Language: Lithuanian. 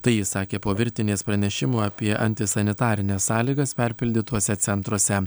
tai ji sakė po virtinės pranešimų apie antisanitarines sąlygas perpildytuose centruose